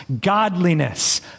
godliness